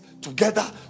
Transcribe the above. Together